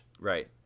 Right